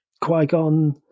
Qui-Gon